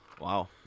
wow